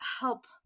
help